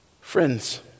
Friends